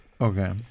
Okay